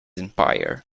empire